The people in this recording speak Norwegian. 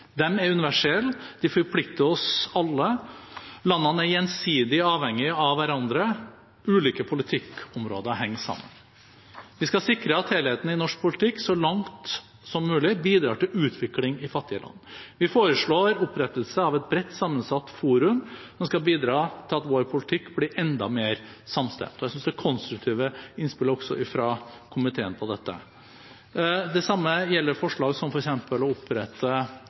er universelle. De forplikter oss alle. Landene er gjensidig avhengige av hverandre. Ulike politikkområder henger sammen. Vi skal sikre at helheten i norsk politikk så langt som mulig bidrar til utvikling i fattige land. Vi foreslår opprettelse av et bredt sammensatt forum som skal bidra til at vår politikk blir enda mer samstemt. Jeg synes det er konstruktive innspill også fra komiteen om dette. Det samme gjelder forslag om f.eks. å opprette